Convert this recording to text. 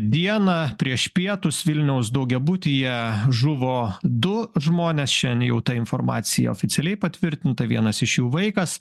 dieną prieš pietus vilniaus daugiabutyje žuvo du žmonės šiandien jau ta informacija oficialiai patvirtinta vienas iš jų vaikas